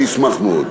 אני אשמח מאוד.